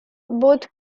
both